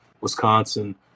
Wisconsin